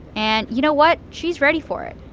and you know what? she's ready for it.